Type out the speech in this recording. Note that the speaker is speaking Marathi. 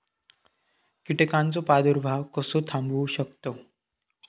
कीटकांचो प्रादुर्भाव कसो थांबवू शकतव?